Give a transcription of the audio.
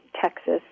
Texas